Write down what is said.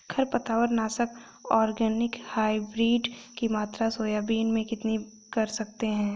खरपतवार नाशक organic hybrid की मात्रा सोयाबीन में कितनी कर सकते हैं?